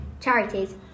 charities